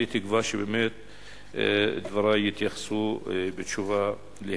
אני תקווה שדברי יזכו להתייחסות.